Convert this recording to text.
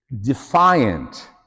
defiant